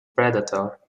predator